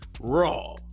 raw